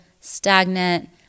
stagnant